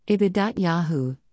Ibid.Yahoo